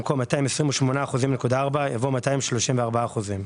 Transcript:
במקום "228.4%" יבוא "234%".